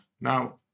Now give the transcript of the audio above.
Now